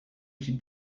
should